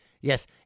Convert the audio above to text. Yes